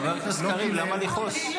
חבר הכנסת קריב, למה לכעוס?